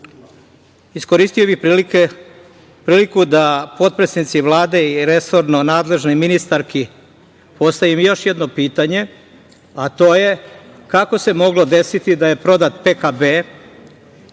Ustavu. Iskoristio bih priliku da potpredsednici Vlade i resorno nadležnoj ministarki postavim još jedno pitanje, a to je – kako se moglo desiti da je prodat PKB